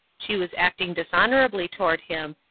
she was acting dishonorably toward him,